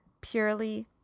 purely